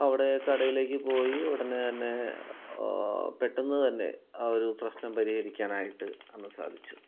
അവിടെ കടയിലേക്ക് പോയി ഉടനെ തന്നെ പെട്ടെന്ന് തന്നെ ആ ഒരു പ്രശ്നം പരിഹരിക്കാനായിട്ട് അന്ന് സാധിച്ചു